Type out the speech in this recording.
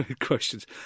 questions